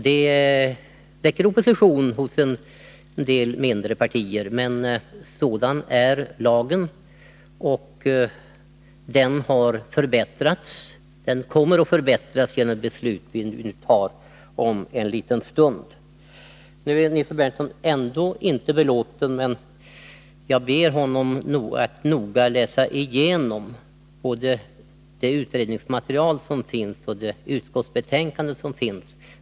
Det väcker opposition hos en del mindre partier, men sådan är lagen. Den har förbättrats, och den kommer att ytterligare förbättras genom det beslut vi nu fattar om en liten stund. Nu är Nils Berndtson ändå inte belåten, men jag ber honom att noga läsa igenom både det utredningsmaterial som finns och det utskottsbetänkande som finns.